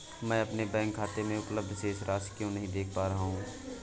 मैं अपने बैंक खाते में उपलब्ध शेष राशि क्यो नहीं देख पा रहा हूँ?